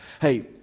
hey